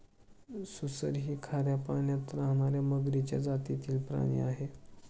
सुसर ही खाऱ्या पाण्यात राहणार्या मगरीच्या जातीतील प्राणी आहे